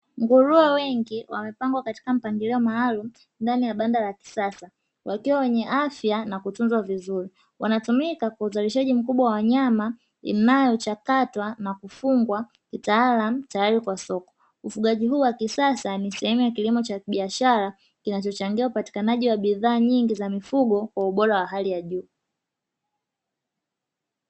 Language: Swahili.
Nguruwe wengi wamepangwa katika mpangilio maalumu ndani ya banda ya kisasa wakiwa wenye afya na kutunzwa vizuri wanatumika kwa uzalishaji mkubwa wanyama inayochakatwa inayofungwa kitaalaamu tayari kwa soko, ufungaji huu wa kisasa ni sehemu ya kilimo cha kibiashara kinachochangia upatikanaji wa bidhaa nyingi za mifungo kwa ubora wa hali ya juu.